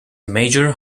major